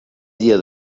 dia